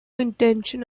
intention